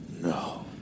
No